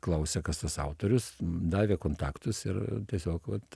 klausia kas tas autorius davė kontaktus ir tiesiog vat